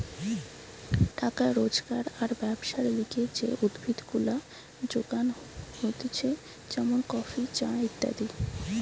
টাকা রোজগার আর ব্যবসার লিগে যে উদ্ভিদ গুলা যোগান হতিছে যেমন কফি, চা ইত্যাদি